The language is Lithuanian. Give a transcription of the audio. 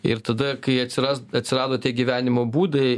ir tada kai atsiras atsirado tie gyvenimo būdai